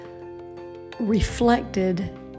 reflected